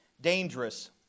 dangerous